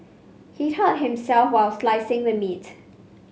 he hurt himself while slicing the meat